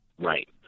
right